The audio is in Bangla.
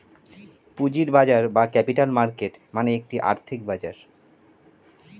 পুঁজির বাজার বা ক্যাপিটাল মার্কেট মানে একটি আর্থিক বাজার